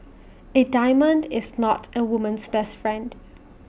A diamond is not A woman's best friend